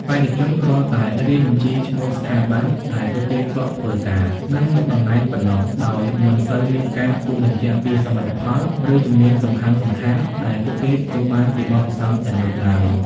បេក្ខជនគ្រាន់តែរាយបញ្ជីឈ្មោះស្ថាប័នដែលពួកគេធ្លាប់ធ្វើការ និងមុខតំណែងប៉ុណ្ណោះ ដោយមិនសូវមានការគូសបញ្ជាក់ពីសមិទ្ធផល ឬជំនាញសំខាន់ៗដែលពួកគេទទួលបានពីបទពិសោធន៍ទាំងនោះឡើយ។